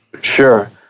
Sure